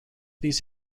these